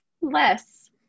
less